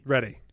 Ready